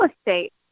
estate